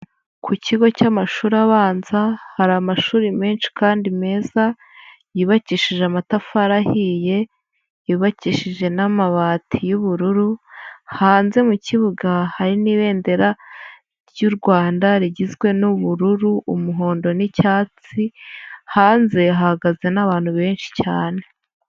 Ku kigo cy'amashuri abanza hari amashuri menshi kandi meza yubakishije amatafari ahiye, yubakishije n'amabati y'ubururu, hanze mu kibuga hari n'ibendera ry'u Rwanda rigizwe n'ubururu, umuhondo n'icyatsi, hanze hahagaze n'abantu benshi cyane.